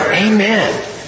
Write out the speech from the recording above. Amen